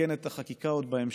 לתקן את החקיקה עוד בהמשך,